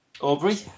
Aubrey